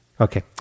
okay